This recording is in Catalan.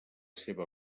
seva